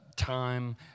time